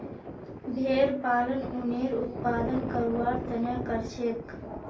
भेड़ पालन उनेर उत्पादन करवार तने करछेक